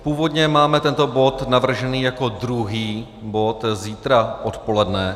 Původně máme tento bod navržený jako druhý bod zítra odpoledne.